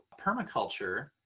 permaculture